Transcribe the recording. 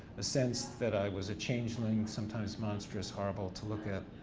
a sense that i was a changeling, sometimes monstrous, horrible to look at,